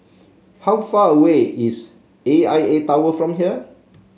how far away is A I A Tower from here